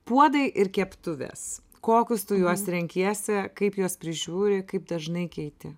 puodai ir keptuvės kokius tu juos renkiesi kaip juos prižiūri kaip dažnai keiti